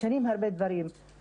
משנים הרבה דברים.